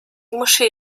moschee